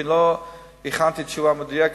כי לא הכנתי תשובה מדויקת,